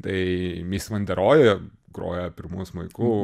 tai mis vanderoj groja pirmu smuiku